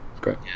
great